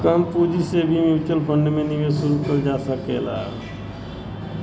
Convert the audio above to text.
कम पूंजी से भी म्यूच्यूअल फण्ड में निवेश शुरू करल जा सकला